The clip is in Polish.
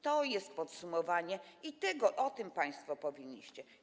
To jest podsumowanie i o tym państwo powinniście.